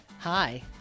Hi